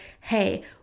hey